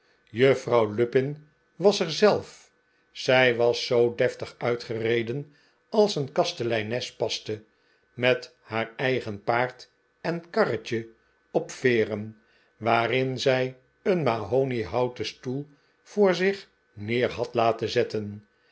juffrouw lupin was er zelf zij was zoo deftig uitgereden als een kasteleines paste met haar eigen paard en karretje op veeren waarin zij een mahoniehouten stoel voor zich neer had laten zetten